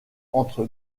entre